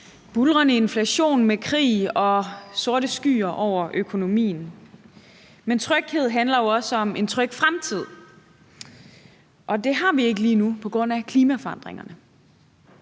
buldrende inflation og med krig og sorte skyer over økonomien. Men tryghed handler jo også om en tryg fremtid, og det har vi ikke lige nu på grund af klimaforandringerne.